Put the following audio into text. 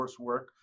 coursework